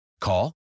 Call